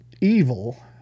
evil